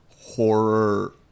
horror